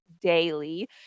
daily